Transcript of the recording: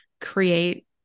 create